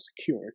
secure